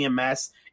EMS